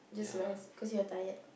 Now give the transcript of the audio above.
yeah